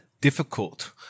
difficult